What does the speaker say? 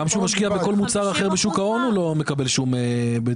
גם כשהוא משקיע בכל מוצר אחר בשוק ההון הוא לא מקבל שום בטוחה.